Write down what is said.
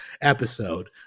episode